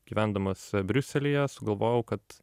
gyvendamas briuselyje sugalvojau kad